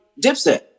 Dipset